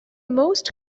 most